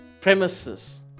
premises